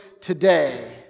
today